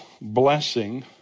blessing